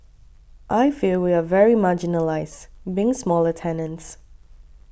I feel we are very marginalised being smaller tenants